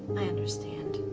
i understand.